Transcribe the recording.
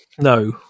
No